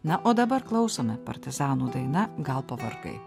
na o dabar klausome partizanų daina gal pavargai